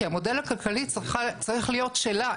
כי המודל הכלכלי צריך להיות שלה.